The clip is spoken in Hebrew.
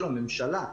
של הממשלה.